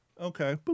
Okay